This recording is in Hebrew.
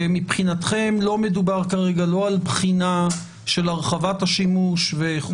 מבחינתכם לא מדובר כרגע לא על בחינה של הרחבת השימוש וכו'.